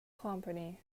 company